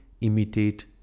imitate